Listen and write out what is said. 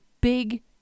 big